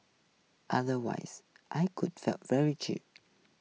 otherwise I could feel very cheated